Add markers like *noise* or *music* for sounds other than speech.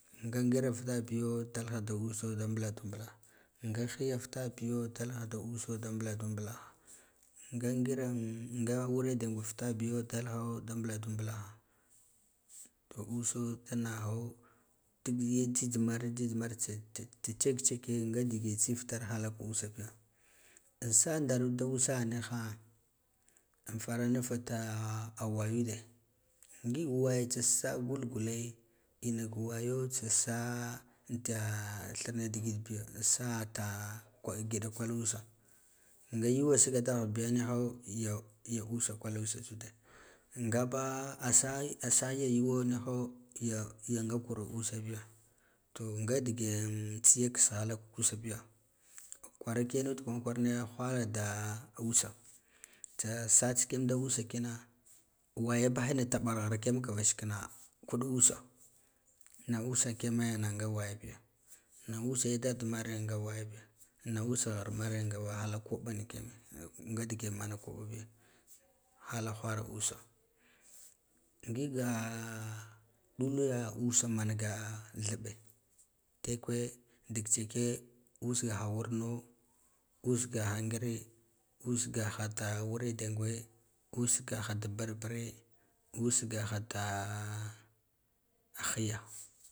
Nga ngir vaka biyo dalha da use da baladu bwaha nga hiya futa biyo dalha da use da buladu balaha nga ngirin nga wurnma dengwu fata biyo da dalka da uso da buladu bula ha to uso dan naho tun ge jhijh mare jhijh mar tsa tsektseke nga dege tsif itar halfik usa biya an ja ndarud da usa niwa an fara naf ta a wayude ngig waya tsasa gul guk inaka wago tsa sa anta vhirmak digid biyo sata kwal ngida kwal usa nga yuwa saga da ghirbiyo ya usa kwal usa tsude ngaba asa asa yayuwa niho ya, ya nga kur usa biya to nga dingen tsiya kiss halak usa. biya kwara viganud kwaran kwarane whara da usa tsa sa tsikiyam da usakina waye bah ina tabar ghir kiyam ka vaski na kulo usa na usa kibame na nga wayabi ya nah usa ya dadd mare na nga wayabiga na usa ghimari nga wahal koɓana biga *hesitation* nga digen man koɓa biga halak whara usa ngiga dul usa manga theɓɓe tekwe dik tseke usgaha wurno usgaha ngire usgaha da wurna den gwe usgaha da burbure usgaha da higa.